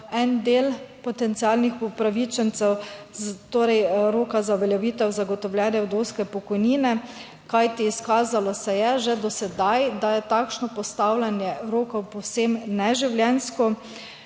en del potencialnih upravičencev, torej roka za uveljavitev zagotovljene vdovske pokojnine, kajti izkazalo se je že do sedaj, da je takšno postavljanje rokov povsem neživljenjsko